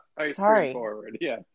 Sorry